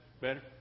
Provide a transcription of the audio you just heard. better